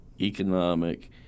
economic